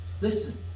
Listen